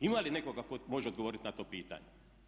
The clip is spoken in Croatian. Ima li nekoga tko može odgovoriti na to pitanje?